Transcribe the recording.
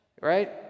Right